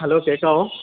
hello കേൾക്കാവോ